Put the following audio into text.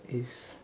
is